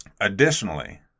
Additionally